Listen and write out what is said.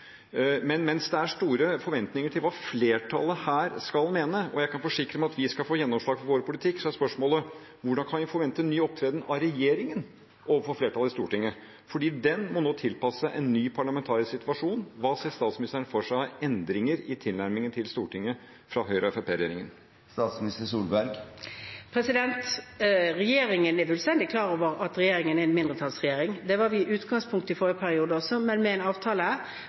Men mens det er store forventninger til hva flertallet her skal mene – og jeg kan forsikre om at vi skal få gjennomslag for vår politikk – er spørsmålet: Hvordan kan vi forvente en ny opptreden av regjeringen overfor flertallet i Stortinget? For den må nå tilpasse seg en ny parlamentarisk situasjon. Hva ser statsministeren for seg av endringer i tilnærmingen til Stortinget fra Høyre–Fremskrittsparti-regjeringen? Regjeringen er fullstendig klar over at regjeringen er en mindretallsregjering. Det var vi i utgangspunktet i forrige periode også, men med en avtale